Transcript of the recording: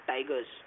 Tigers